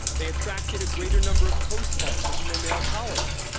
they attracted a greater number of cosponsors than their male colleagues.